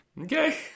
Okay